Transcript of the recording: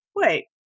wait